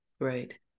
Right